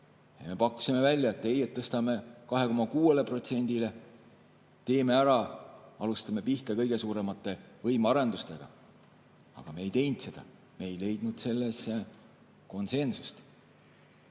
pakkusime välja, et tõstame kulud 2,6%-le. Teeme ära, alustame kõige suuremate võimearendustega. Aga me ei teinud seda. Me ei leidnud selleks konsensust.